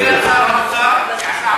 נושא לוועדת הפנים והגנת הסביבה נתקבלה.